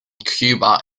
cuba